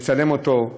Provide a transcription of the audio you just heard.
לצלם אותו,